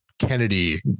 Kennedy